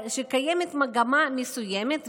שקיימת מגמה מסוימת,